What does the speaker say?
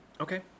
Okay